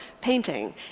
painting